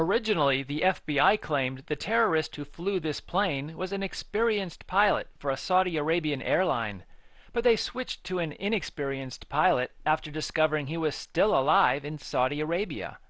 originally the f b i claimed the terrorist who flew this plane was an experienced pilot for a saudi arabian airline but they switched to an inexperienced pilot after discovering he was still alive in saudi arabia